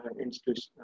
institution